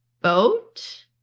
boat